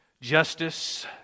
justice